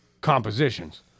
compositions